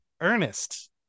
Ernest